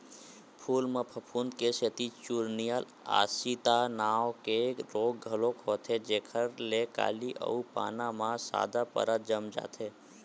फूल म फफूंद के सेती चूर्निल आसिता नांव के रोग घलोक होथे जेखर ले कली अउ पाना म सादा परत जम जाथे